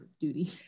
duty